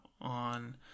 on